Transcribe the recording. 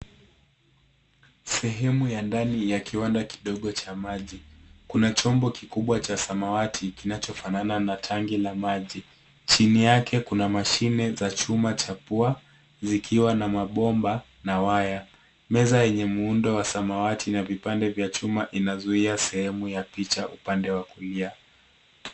Sehemu ya ndani ya kiwanda kidogo cha maji. Kuna chombo kikubwa cha samawati kinachofanana na tanki la maji. Chini yake kuna mashine za chuma cha pua zikiwa na mabomba na waya. Meza yenye muundo wa samawati na vipande vya chuma inazuia sehemu ya picha upande wa kulia.